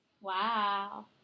wow